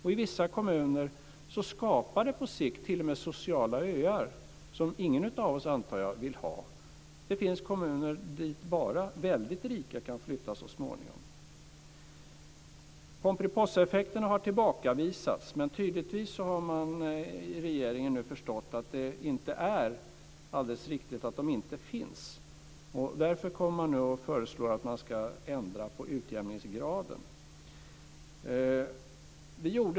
I vissa kommuner skapar detta på sikt t.o.m. sociala öar som ingen av oss, antar jag, vill ha. Det finns kommuner dit bara väldigt rika kan flytta så småningom. Pomperipossaeffekterna har tillbakavisats men tydligen har man i regeringen nu förstått att det inte är alldeles riktigt att de inte finns. Därför kommer man nu och föreslår en ändring av utjämningsgraden.